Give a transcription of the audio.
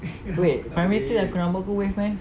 wait primary three rambut aku wave meh